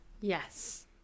Yes